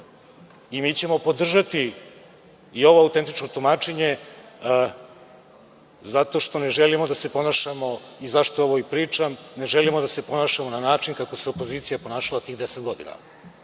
Mi ćemo podržati i ovo autentično tumačenje zato što ne želimo da se ponašamo, zašto ovo i pričam, ne želimo da se ponašamo na način kako se opozicija ponašala tih deset godina,